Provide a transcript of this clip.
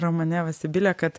romane va sibilė kad